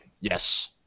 yes